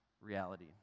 reality